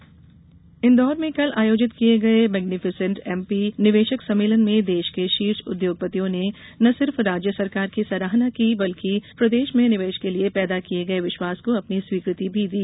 magnificent MP Indore में कल आयोजित किए गए मेग्नीफिसेंट एमपी निवेशक सम्मेलन में देश के शीर्ष उद्योगपतियों ने न सिर्फ राज्य सरकार की सराहना की बल्कि प्रदेश में निवेश के लिए पैदा किए गए विश्वास को अपनी स्वीकृति भी दी